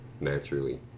naturally